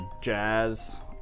jazz